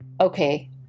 okay